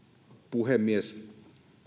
puhemies